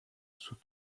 sous